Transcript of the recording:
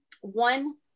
one